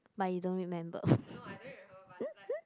but you don't remember